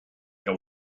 you